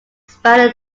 spanned